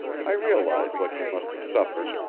i realize what you must have suffered,